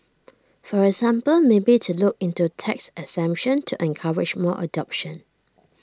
for example maybe to look into tax exemption to encourage more adoption